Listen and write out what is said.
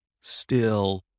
Still